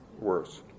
worse